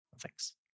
thanks